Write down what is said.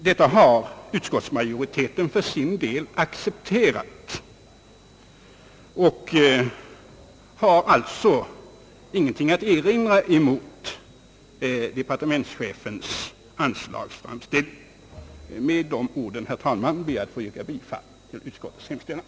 Detta har utskottsmajoriteten för sin del accepterat, och den har alltså ingenting att erinra mot departementschefens förslag i denna del. Med dessa ord, herr talman, ber jag att få yrka bifall till utskottets hemställan.